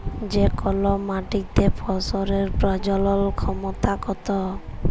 যে কল মাটিতে ফসলের প্রজলল ক্ষমতা কত